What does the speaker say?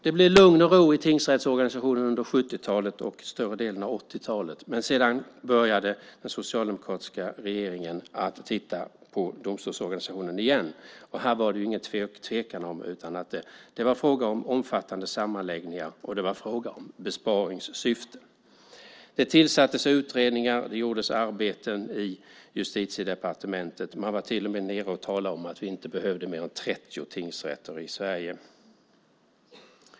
Det blev lugn och ro i tingsrättsorganisationen under 70-talet och större delen av 80-talet. Men sedan började den socialdemokratiska regeringen att titta på domstolsorganisationen igen. Här var det ingen tvekan om att det var fråga om omfattande sammanläggningar i besparingssyfte. Det tillsattes utredningar och gjordes arbete i Justitiedepartementet. Man var till och med nere i och talade om att vi inte behövde mer än 30 tingsrätter i Sverige.